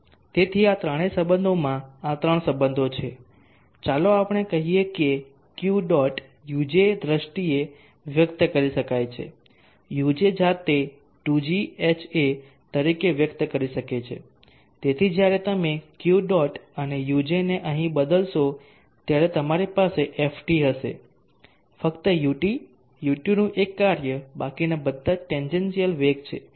તેથી આ ત્રણ સંબંધોમાંથી આ ત્રણ સંબંધો છે ચાલો આપણે કહીએ કે Q ડોટ Uj દ્રષ્ટિએ વ્યક્ત કરી શકાય છે Uj જાતે 2gHa તરીકે વ્યક્ત થઈ શકે છે તેથી જ્યારે તમે Q ડોટ અને Uj ને અહીં બદલશો ત્યારે તમારી પાસે Ft હશે ફક્ત Ut Ut નું એક કાર્ય બાકીના બધા જ ટેન્જેન્શીયલ વેગ છે